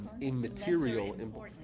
immaterial